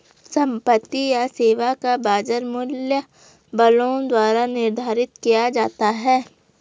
संपत्ति या सेवा का बाजार मूल्य बलों द्वारा निर्धारित किया जाता है